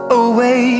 away